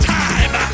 time